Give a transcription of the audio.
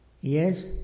Yes